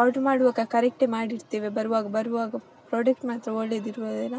order ಮಾಡುವಾಗ ಕರೆಕ್ಟೇ ಮಾಡಿರ್ತೇವೆ ಬರುವಾಗ ಬರುವಾಗ ಪ್ರಾಡಕ್ಟ್ ಮಾತ್ರ ಒಳ್ಳೇದಿರುವುದಿಲ್ಲ